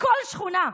בכל שכונה.